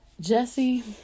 Jesse